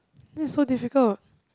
this is so difficult